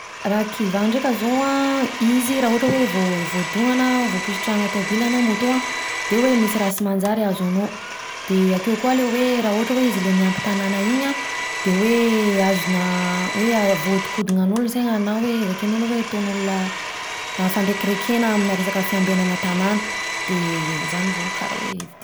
Raha kiva ndreka zao an, izy raha ohatra hoe voadona na voapositrana tomobilina na moto an, de hoe misy raha sy manjary hahazo anao, de akeo koa ilay hoe: raha ohatra hoe: izy ilay miambin-tanàna iny an, de hoe azona hoe voahodikodinan’olona ny sainany na hoe zakain’olona hoe ataon’olona fandrekerekena aminà resaka fiambenana tanàna de zany zao karaha hoe hevi-diso aminahy.